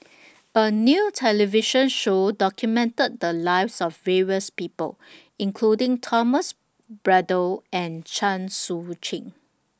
A New television Show documented The Lives of various People including Thomas Braddell and Chen Sucheng